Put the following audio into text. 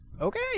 Okay